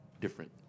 different